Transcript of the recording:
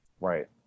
Right